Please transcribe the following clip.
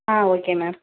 ah okay ma'am